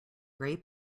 gray